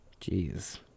Jeez